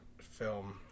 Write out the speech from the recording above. film